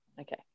Okay